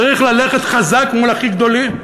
צריך ללכת חזק מול הכי גדולים.